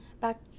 back